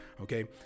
okay